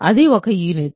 అది ఒక యూనిట్